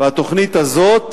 והתוכנית הזאת